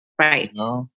right